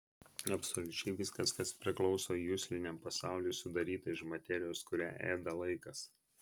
absoliučiai viskas kas priklauso jusliniam pasauliui sudaryta iš materijos kurią ėda laikas